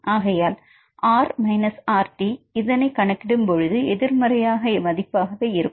ஆகையால் R RT இதனோடு கணக்கிடும்போது போது எதிர்மறையாக மதிப்பாக இருக்கும்